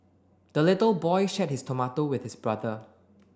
the little boy shared his tomato with his brother